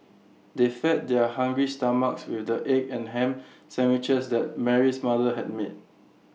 they fed their hungry stomachs with the egg and Ham Sandwiches that Mary's mother had made